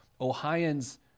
Ohioans